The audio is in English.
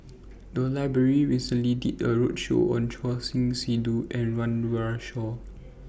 The Library recently did A roadshow on Choor Singh Sidhu and Run Run Shaw